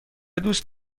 دوست